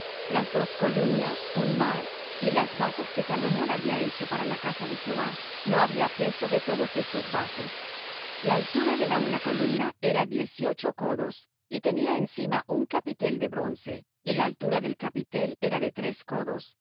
las dos columnas un mar y las basas que salomón había hecho para la casa de jehová no había peso de todos estos vasos la altura de la una columna era diez y ocho codos y tenía encima un capitel de bronce y la altura del capitel era de tres codos